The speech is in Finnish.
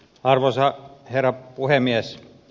arvoisa herra puhemies